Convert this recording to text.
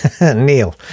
Neil